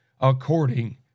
according